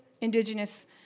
indigenous